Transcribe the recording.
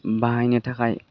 बाहायनो थाखाय